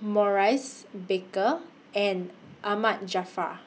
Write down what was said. Maurice Baker and Ahmad Jaafar